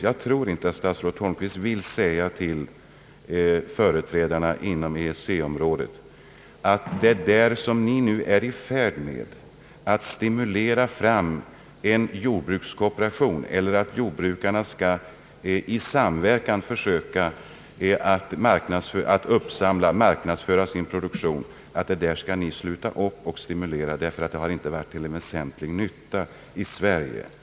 Jag tror inte att statsrådet Holmqvist vill säga till företrädarna för EEC-området att de skall upphöra med det arbete som nu där bedrivs för att stimulera till en jordbrukskooperation — d. v. s. att jordbrukarna i samverkan skall försöka att uppsamla och marknadsföra sin produktion — bara därför att motsvarande strävanden inte varit till någon väsentlig nytta i Sverige. — Orimligt!